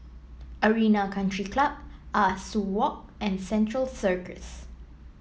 Arena Country Club Ah Soo Walk and Central Circus